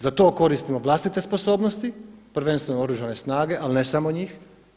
Za to koristimo vlastite sposobnosti, prvenstveno Oružane snage, ali ne samo njih.